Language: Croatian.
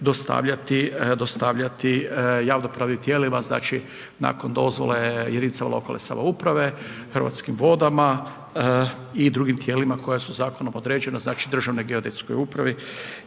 dostavljati javno pravnim tijelima, znači nakon dozvole jedinicama lokalne samouprave, Hrvatskim vodama i drugim tijelima koja su zakonom određena, znači Državnoj geodetskoj upravi